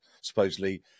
supposedly